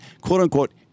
quote-unquote